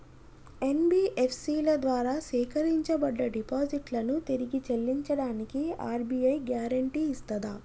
NBFC ల ద్వారా సేకరించబడ్డ డిపాజిట్లను తిరిగి చెల్లించడానికి ఆర్.బి.ఐ గ్యారెంటీ ఇస్తదా?